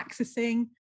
accessing